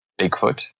Bigfoot